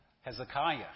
Hezekiah